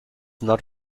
not